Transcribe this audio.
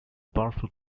powerful